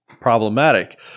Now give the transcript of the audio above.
problematic